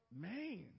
man